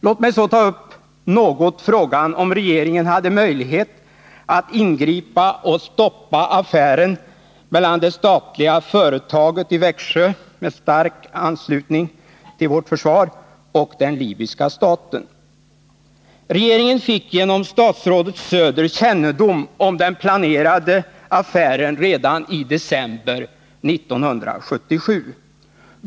Låt mig så något ta upp frågan, om regeringen hade möjlighet att ingripa och stoppa affären mellan det statliga företaget i Växjö, med stark anknytning till vårt försvar, och den libyska staten. Regeringen fick genom statsrådet Söder kännedom om den planerade affären redan i december 1977.